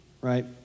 right